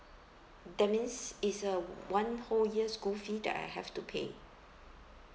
that means it's a one whole year school fee that I have to pay